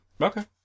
Okay